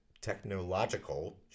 technological